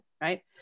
right